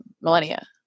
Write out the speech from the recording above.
millennia